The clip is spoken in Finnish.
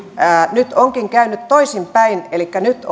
nyt onkin käynyt toisinpäin elikkä nyt